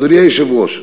אדוני היושב-ראש,